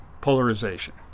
polarization